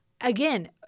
again